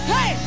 Hey